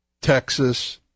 Texas